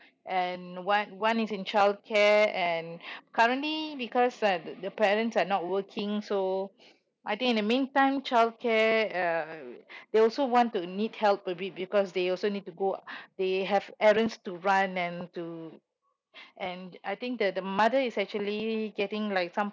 and one one is in childcare and currently because uh the the parents are not working so I think in the mean time childcare uh they also want to need help will be because they also need to go out they have errands to run and to and I think the the mother is actually getting like some